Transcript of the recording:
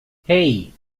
hey